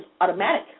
automatic